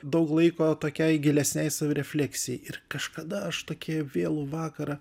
daug laiko tokiai gilesnei savirefleksijai ir kažkada aš tokį vėlų vakarą